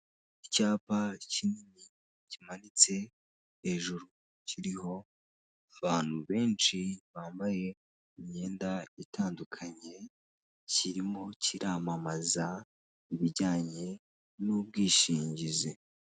Icyapa kinini kimanitse hejuru kiriho abantu benshi bambaye imyenda itandukanye, kirimo kiramamaza ibijyanye n'ubwishingizi.